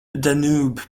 danube